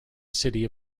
city